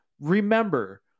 Remember